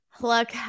Look